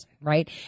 right